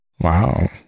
Wow